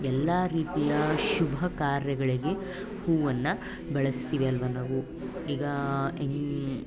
ಎಲ್ಲ ರೀತಿಯ ಶುಭ ಕಾರ್ಯಗಳಿಗೆ ಹೂವನ್ನು ಬಳಸ್ತೀವಿ ಅಲ್ವ ನಾವು ಈಗ